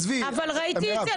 אבל ראיתי את זה.